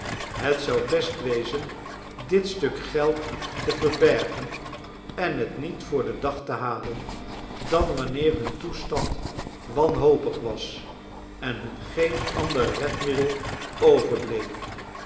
het zou best wezen dit stuk geld te verbergen en het niet voor den dag te halen dan wanneer hun toestand wanhopig was en hun geen ander redmiddel overbleef